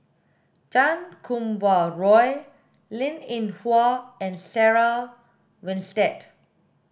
Chan Kum Wah Roy Linn In Hua and Sarah Winstedt